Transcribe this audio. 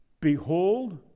Behold